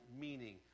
meaning